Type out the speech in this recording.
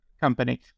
company